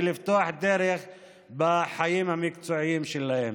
ולפתוח בחיים המקצועיים שלהם.